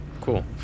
Cool